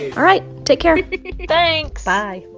all right. take care thanks i